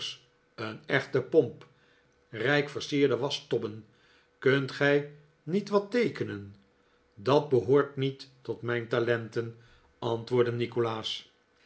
een echte pomp rijk vefsierde waschtobben kunt gij niet wat teekenen dat behoort niet tot mijn talenten antwoordde nikolaas